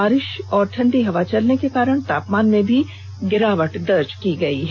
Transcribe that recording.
बारिष और ठंडी हवा चलने के कारण तापमान में भी गिरावट दर्ज की गई है